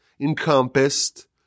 encompassed